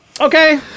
okay